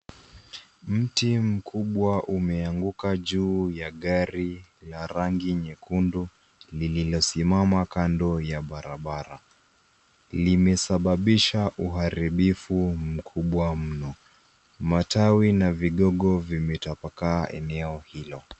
Mti mkubwa umeanguka juu ya gari la rangi nyekundu lililosimama kando ya barabara. Limesababisha uharibifu mkubwa mno. Matawi na vigogo vimetapakaa eneo hilo.